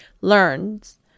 learns